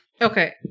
Okay